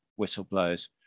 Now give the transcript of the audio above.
whistleblowers